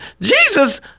Jesus